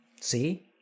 See